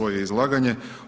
izlaganje.